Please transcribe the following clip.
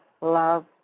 love